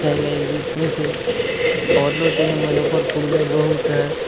चलि अयली ऑटो तऽ मुजफ्फरपुरमे बहुत हइ